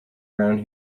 around